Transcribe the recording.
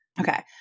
Okay